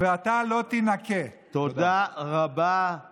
אתה רוצה לזרוק אותי, אני אתן לך גם את הכבוד הזה.